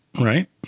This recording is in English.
right